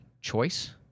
choice